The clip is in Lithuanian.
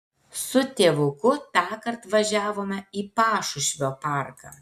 su tėvuku tąkart važiavome į pašušvio parką